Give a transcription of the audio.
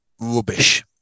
rubbish